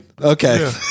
Okay